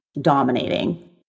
dominating